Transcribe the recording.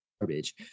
garbage